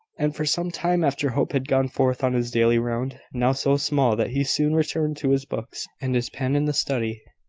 and for some time after hope had gone forth on his daily round now so small that he soon returned to his books and his pen in the study.